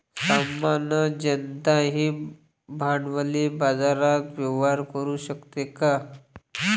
सामान्य जनताही भांडवली बाजारात व्यवहार करू शकते का?